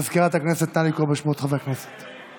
מזכירת הכנסת, נא לקרוא בשמות חברי הכנסת.